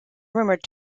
rumoured